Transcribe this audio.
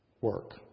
work